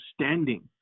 standing